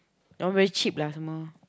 all very cheap lah some more